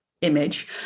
image